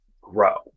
grow